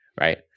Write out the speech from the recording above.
right